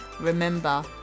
remember